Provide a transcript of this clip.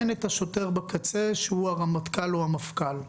אין את השוטר בקצה שהוא הרמטכ"ל או המפכ"ל.